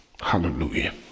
hallelujah